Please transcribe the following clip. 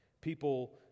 People